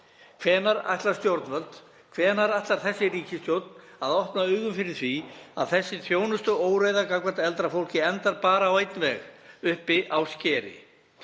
og málið dautt. Hvenær ætlar þessi ríkisstjórn að opna augun fyrir því að þessi þjónustuóreiða gagnvart eldra fólki endar bara á einn veg, uppi á skeri?